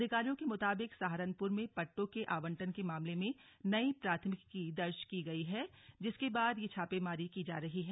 अधिकारियों के मुताबिक सहारनपुर में पट्टों के आवंटन के मामले में नयी प्राथमिकी दर्ज की गई है जिसके बाद ये छापेमारी की जा रही है